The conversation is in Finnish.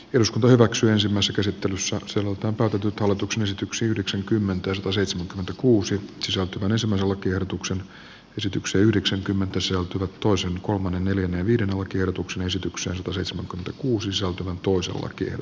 eduskunta hyväksyi ensimmäisen asettelussa sielultaan päätetyt hallituksen esityksen yhdeksänkymmentä sataseitsemänkymmentäkuusi saatavan aseman lakiehdotuksen esityksen yhdeksänkymmentä sijoittuvat tämä lause jatkuu että koska ehdotettu säätelytarve on seitsemänkymmentäkuusi soutu tuusula kiekko